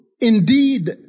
indeed